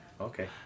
Okay